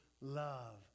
love